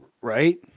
Right